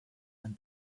and